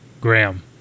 Graham